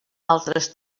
altres